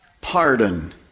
pardon